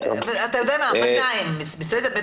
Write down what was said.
אתה יודע מה, 200 מיליון.